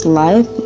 life